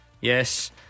Yes